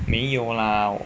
没有啦